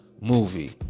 movie